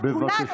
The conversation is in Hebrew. כולנו,